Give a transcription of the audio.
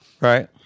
Right